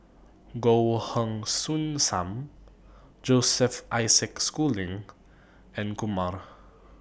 Goh Heng Soon SAM Joseph Isaac Schooling and Kumar